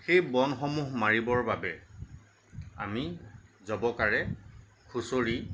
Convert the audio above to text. সেই বনসমূহ মাৰিবৰ বাবে আমি জবকাৰে খুচৰি